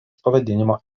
pavadinimo